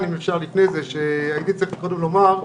שהייתי צריך לומר קודם.